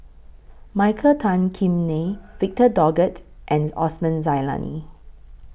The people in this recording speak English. Michael Tan Kim Nei Victor Doggett and Osman Zailani